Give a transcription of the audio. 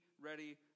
ready